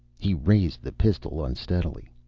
he raised the pistol unsteadily.